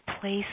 place